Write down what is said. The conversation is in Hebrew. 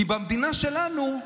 כי במדינה שלנו,